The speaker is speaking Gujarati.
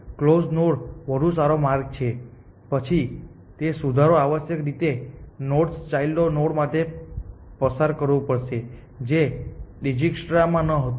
કલોઝ નોડ નો વધુ સારો માર્ગ પછી તે સુધારો આવશ્યકરીતે તે નોડના ચાઈલ્ડ નોડ માટે પસાર કરવું પડશે જે ડિજિક્સ્ટ્રામાં નહોતું